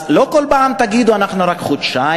אז לא כל פעם תגידו: אנחנו רק חודשיים,